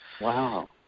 Wow